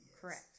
Correct